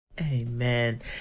amen